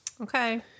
Okay